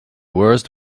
worst